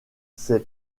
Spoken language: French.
ses